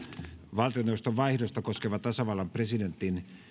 valtioneuvoston vaihdosta koskeva tasavallan presidentin